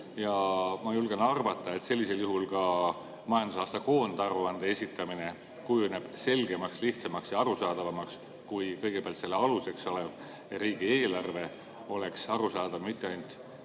Ma julgen arvata, et sellisel juhul ka majandusaasta koondaruande esitamine kujuneb selgemaks, lihtsamaks ja arusaadavamaks, kui kõigepealt selle aluseks olev riigieelarve oleks arusaadav mitte ainult